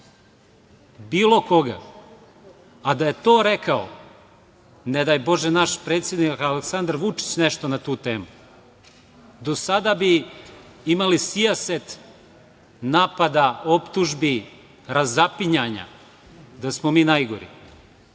Bilo koga. Da je to rekao naš predsednik Aleksandar Vučić na tu temu, do sada bi imali sijaset napada, optužbi, razapinjana da smo najgori.